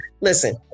Listen